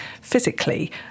physically